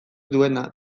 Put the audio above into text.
duena